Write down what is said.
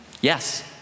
Yes